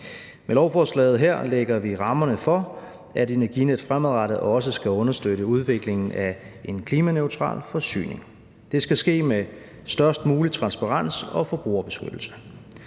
Med lovforslaget her lægger vi rammerne for, at Energinet fremadrettet også skal understøtte udviklingen af en klimaneutral forsyning. Det skal ske med størst mulig transparens og forbrugerbeskyttelse.